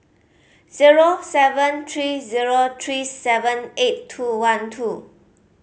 zero seven three zero three seven eight two one two